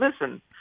listen